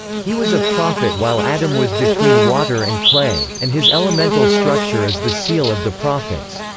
he was a prophet while adam was between water and clay, and his elemental structure is the seal of the prophets.